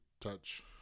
touch